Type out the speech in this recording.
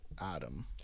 Adam